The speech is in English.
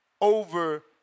over